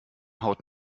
haut